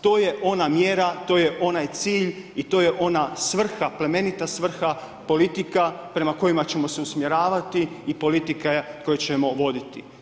To je ona mjera, to je onaj cilj i to je ona svrha, plemenita svrha, politika prema kojima ćemo se usmjeravati i politika koju ćemo voditi.